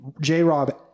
J-Rob